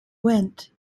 went